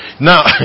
Now